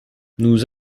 nous